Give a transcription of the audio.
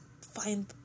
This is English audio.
find